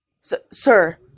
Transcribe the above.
Sir